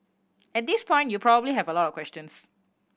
at this point you probably have a lot of questions